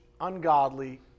ungodly